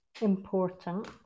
important